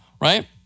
Right